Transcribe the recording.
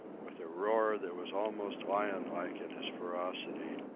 with a roar that was almost lionlike in its ferocity,